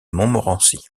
montmorency